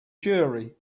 jury